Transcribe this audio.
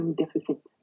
deficit